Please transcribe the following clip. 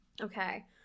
okay